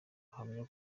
ahamya